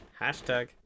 Hashtag